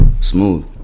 Smooth